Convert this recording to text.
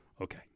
Okay